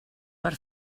per